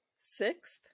Sixth